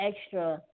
extra